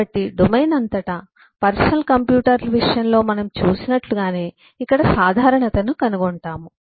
కాబట్టి డొమైన్ అంతటా personal computer విషయంలో మనం చూసినట్లుగానే ఇక్కడ సాధారణతను కనుగొంటాము